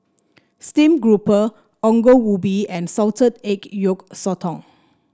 steam grouper Ongol Ubi and Salted Egg Yolk Sotong